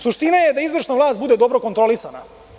Suština je da izvršna vlast bude dobro kontrolisana.